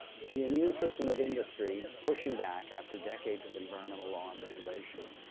the immune system of industry pushing back after decades of environmental law and regulation,